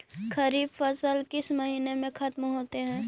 खरिफ फसल किस महीने में ख़त्म होते हैं?